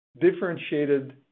differentiated